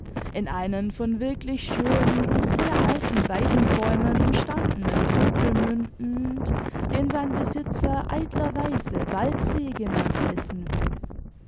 in einen von wirklich schönen und sehr alten weidenbäumen umstandenen tümpel mündend den sein besitzer eitlerweise waldsee genannt wissen will